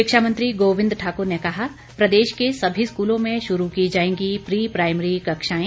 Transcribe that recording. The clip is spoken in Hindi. शिक्षामंत्री गोविंद ठाक्र ने कहा प्रदेश के सभी स्कूलों में शुरू की जाएंगी प्री प्राईमरी कक्षाएं